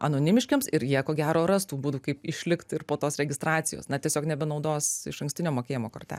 anonimiškiems ir jie ko gero ras tų būdų kaip išlikt ir po tos registracijos na tiesiog nebenaudos išankstinio mokėjimo korte